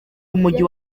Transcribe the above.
umugi